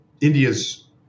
India's